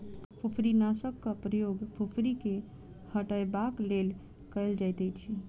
फुफरीनाशकक प्रयोग फुफरी के हटयबाक लेल कयल जाइतअछि